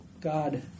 God